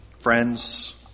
friends